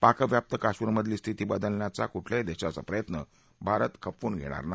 पाक व्याप्त काश्मीरमधील स्थिती बद्दलण्याचा कुठल्याही देशाचा प्रयत्न भारत खपवून घेणार नाही